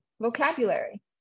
vocabulary